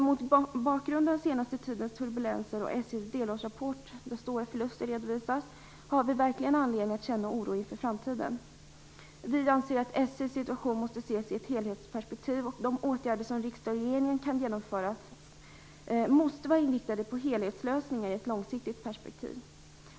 Mot bakgrund av den senaste tidens turbulens och SJ:s delårsrapport, där stora förluster redovisas, har vi verkligen anledning att känna oro inför framtiden. Vi anser att SJ:s situation måste ses i ett helhetsperspektiv. De åtgärder som riksdag och regering kan genomföra måste vara inriktade på helhetslösningar i ett långsiktigt perspektiv.